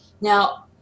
Now